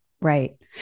Right